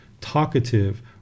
talkative